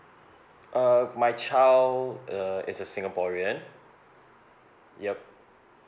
uh my child uh is a singaporean yup